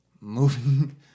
moving